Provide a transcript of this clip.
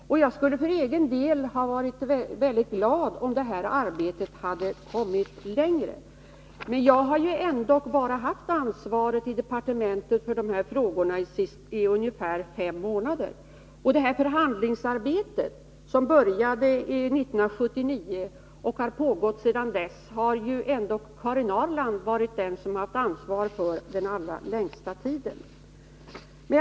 Jag skulle för egen del ha varit mycket glad om detta arbete hade kommit längre. Jag har dock haft ansvaret i departementet för dessa frågor i bara ungefär fem månader. Det förhandlingsarbete som började 1979 och som har pågått sedan dess har Karin Ahrland haft ansvaret för den längsta tiden.